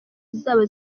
zizaba